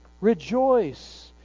Rejoice